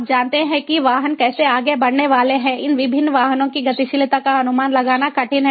आप जानते हैं कि वाहन कैसे आगे बढ़ने वाले हैं इन विभिन्न वाहनों की गतिशीलता का अनुमान लगाना कठिन है